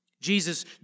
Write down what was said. Jesus